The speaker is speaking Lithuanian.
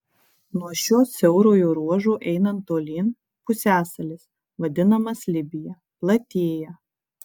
nuo šio siaurojo ruožo einant tolyn pusiasalis vadinamas libija platėja